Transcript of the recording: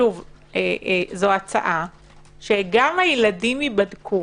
זו הצעה - שגם הילדים ייבדקו,